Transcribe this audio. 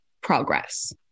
progress